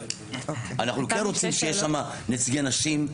אנחנו כן רוצים שיהיה שם נציגי נשים,